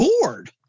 bored